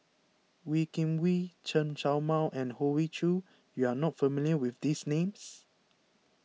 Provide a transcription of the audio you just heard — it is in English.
Wee Kim Wee Chen Show Mao and Hoey Choo you are not familiar with these names